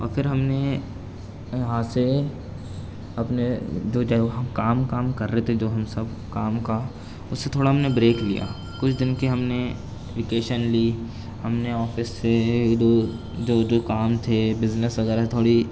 اور پھر ہم نے یہاں سے اپنے جو کام کام کر رہے تھے جو ہم سب کام کا اس سے تھوڑا ہم نے بریک لیا کچھ دن کی ہم نے وکیشن لی ہم نے آفس سے جو جو جو کام تھے بزنس وغیرہ تھوڑی